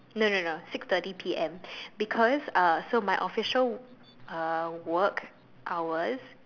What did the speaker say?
no no no six thirty P_M because uh so my official uh work hours